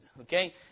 okay